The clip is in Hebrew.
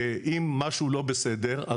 ואם משהו לא בסדר,